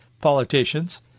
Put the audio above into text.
politicians